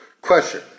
question